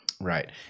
right